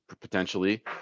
potentially